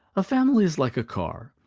a family is like a car.